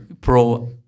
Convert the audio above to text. pro